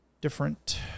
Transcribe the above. different